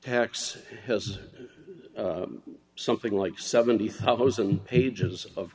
tax has something like seventy thousand pages of